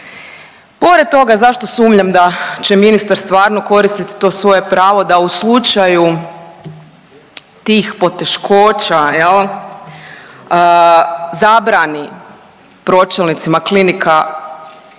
Pored toga zašto sumnjam da će ministar stvarno koristit to svoje pravo da u slučaju tih poteškoća jel, zabrani pročelnicima klinika